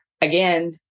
again